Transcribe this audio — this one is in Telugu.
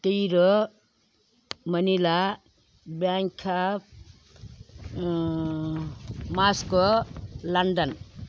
టీరో మనీలా బ్యాంక్ఆఫ్ మాస్కో లండన్